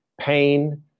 pain